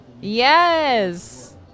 Yes